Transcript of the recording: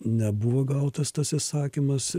nebuvo gautas tas įsakymas